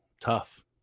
tough